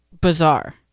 Bizarre